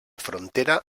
frontera